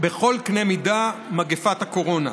בכל קנה מידה, מגפת הקורונה.